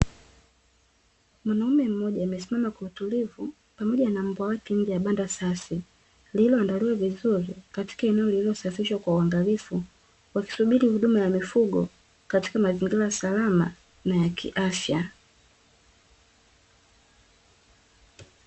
Mwanaume mmoja amesimama kwa utulivu pamoja na mbwa wake nje ya banda safi, lilioandaliwa vizuri katika eneo lililosafishwa kwa uangalifu, wakisubiri huduma ya mifugo katika mazingira salama na ya kiafya.